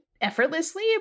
effortlessly